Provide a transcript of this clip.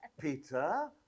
Peter